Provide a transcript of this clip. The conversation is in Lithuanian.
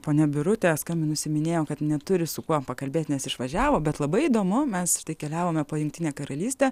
ponia birutė skambinusi minėjo kad neturi su kuo pakalbėt nes išvažiavo bet labai įdomu mes štai keliavome po jungtinę karalystę